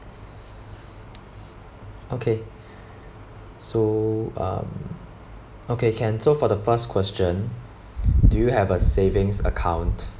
okay so um okay can so for the first question do you have a savings account